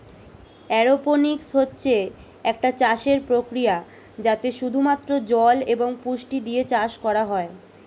aeroponics হচ্ছে একটা চাষের প্রক্রিয়া যাতে শুধু মাত্র জল এবং পুষ্টি দিয়ে চাষ করা হয়